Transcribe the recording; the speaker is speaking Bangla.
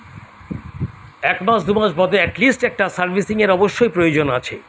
এক মাস দু মাস বাদে অ্যাটলিস্ট একটা সার্ভিসিংয়ের অবশ্যই প্রয়োজন আছে